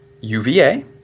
UVA